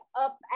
up